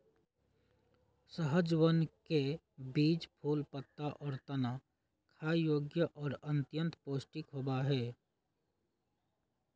सहजनवन के बीज, फूल, पत्ता, और तना खाय योग्य और अत्यंत पौष्टिक होबा हई